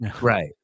right